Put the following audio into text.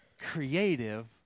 creative